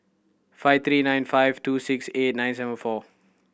five three nine five two six eight nine seven four